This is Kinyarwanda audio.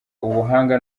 ubuhanga